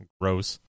Gross